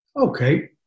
Okay